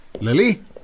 Lily